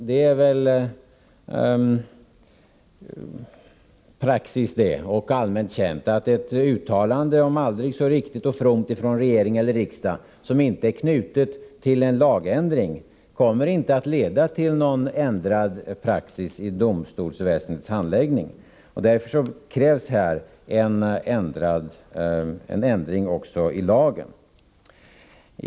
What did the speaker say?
Det är allmänt känt att ett uttalande, om än aldrig så riktigt och fromt, från regering och riksdag som inte är knutet till en lagändring, inte kommer att leda till någon ändrad praxis i domstolsväsendets handläggning. Därför krävs en ändring av lagen i detta avseende.